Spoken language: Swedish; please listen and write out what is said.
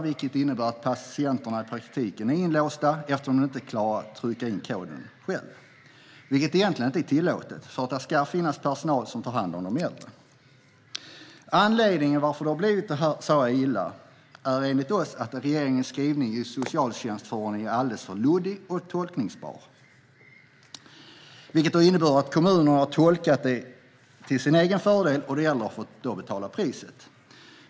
Det innebär att patienterna i praktiken är inlåsta eftersom de inte klarar att trycka in koden själva. Det är egentligen inte är tillåtet. Där ska finnas personal som tar hand om de äldre. Anledningen till att det har blivit så här illa är enligt oss att regeringens skrivning i socialtjänstförordningen är alldeles för luddig och tolkbar. Det har inneburit att kommunerna har tolkat det till sin egen fördel, och de äldre har fått betala priset.